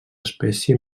espècie